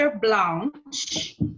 blanche